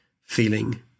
feeling